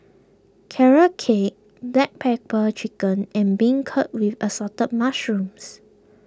Carrot Cake Black Pepper Chicken and Beancurd with Assorted Mushrooms